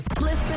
Listen